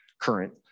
current